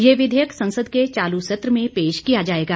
यह विधेयक संसद के चालू सत्र में पेश किया जाएगा